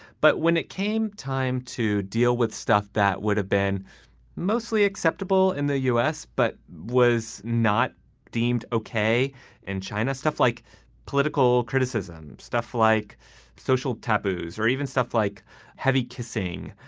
but when it came time to deal with stuff that would have been mostly acceptable in the u s. but was not deemed okay and china, stuff like political criticism, stuff like social taboos or even stuff like heavy kissing,